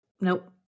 Nope